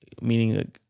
meaning